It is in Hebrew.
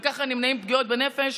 וכך נמנעות פגיעות בנפש,